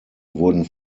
wurden